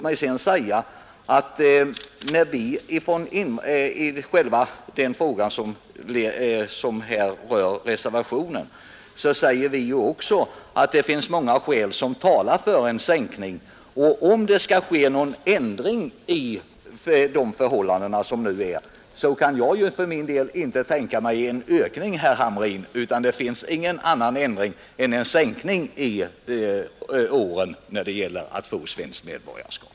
I den fråga som reservationen rör säger vi också att det finns många skäl som talar för en sänkning av tidskravet vid naturalisation. Om det skall ske någon ändring i de förhållanden som nu råder, så kan jag för min del inte tänka mig en ökning av väntetiden, herr Hamrin. Ingen annan ändring kan komma i fråga än en sänkning av tidskravet när det gäller att få svenskt medborgarskap.